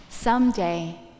Someday